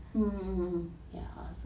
mmhmm mmhmm hmm hmm